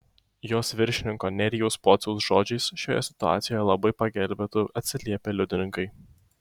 jos viršininko nerijaus pociaus žodžiais šioje situacijoje labai pagelbėtų atsiliepę liudininkai